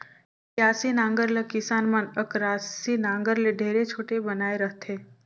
बियासी नांगर ल किसान मन अकरासी नागर ले ढेरे छोटे बनाए रहथे